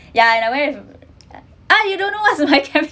yeah in a way ah you don't know what's my